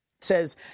says